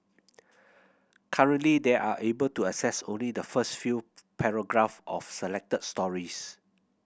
currently they are able to access only the first few paragraph of selected stories